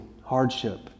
hardship